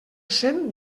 cent